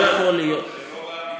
לא, אני חושב שאתה לא יכול להיות,